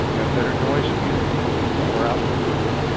you have better noise immunity, lower output ripple.